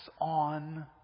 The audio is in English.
on